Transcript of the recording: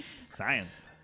Science